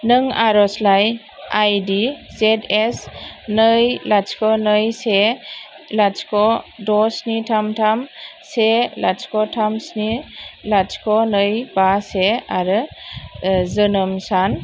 नों आरजलाइ आइदि जेद एस नै लाथिख' नै से लाथिख' द' सिनि थाम थाम से लाथिख थाम सिनि लाथिख' नै बा से आरो जोनोम सान